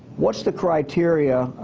what's the criteria?